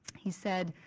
he said,